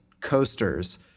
coasters